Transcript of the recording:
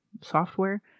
software